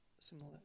Similar